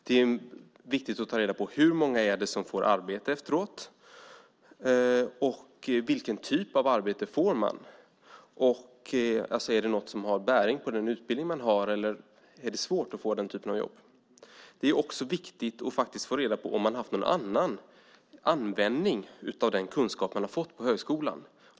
Det är viktigt att ta reda på hur många som får arbete efteråt och vilken typ av arbete de får - om det är något som har bäring på den utbildning de har eller om det är svårt att få den typen av jobb. Det är också viktigt att få reda på om de har haft någon annan användning av den kunskap de har fått på högskolan.